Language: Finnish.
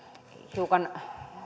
hiukan